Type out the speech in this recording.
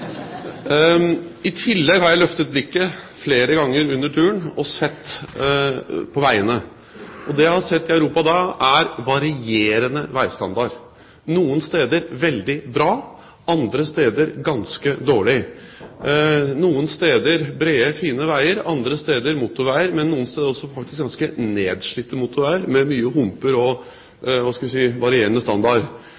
I tillegg har jeg løftet blikket flere ganger under turen og sett på veiene, og det jeg har sett i Europa da, er varierende veistandard – noen steder veldig bra, andre steder ganske dårlig, noen steder brede, fine veier, andre steder motorveier, men noen steder også faktisk ganske nedslitte motorveier, med mye humper, og